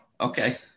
okay